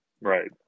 Right